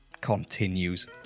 continues